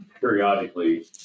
periodically